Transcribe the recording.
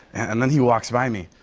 and then he walks by me.